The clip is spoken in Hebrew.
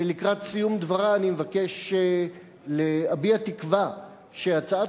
לקראת סיום דברי אני מבקש להביע תקווה שהצעת